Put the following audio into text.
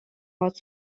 باهات